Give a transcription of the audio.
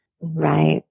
right